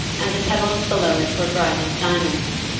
and the pebbles below it were bright as diamonds,